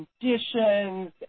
conditions